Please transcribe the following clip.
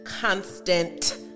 constant